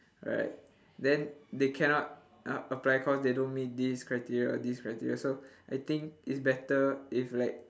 right then they cannot a~ apply cause they cannot meet this criteria this criteria so I think it's better if like